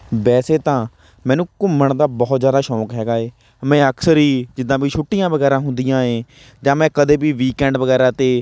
ਵੈਸੇ ਤਾਂ ਮੈਨੂੰ ਘੁੰਮਣ ਦਾ ਬਹੁਤ ਜ਼ਿਆਦਾ ਸ਼ੌਂਕ ਹੈਗਾ ਹੈ ਮੈਂ ਅਕਸਰ ਹੀ ਜਿੱਦਾਂ ਵੀ ਛੁੱਟੀਆਂ ਵਗੈਰਾ ਹੁੰਦੀਆਂ ਹੈ ਜਾਂ ਮੈਂ ਕਦੇ ਵੀ ਵੀਕਐਂਡ ਵਗੈਰਾ 'ਤੇ